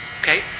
Okay